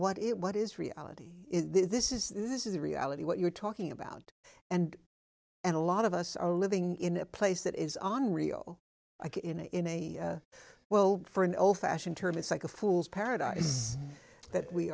what it what is reality is this is this is a reality what you're talking about and and a lot of us are living in a place that is on real like in a in a well for an old fashioned term it's like a fool's paradise that we